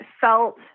felt